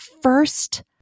First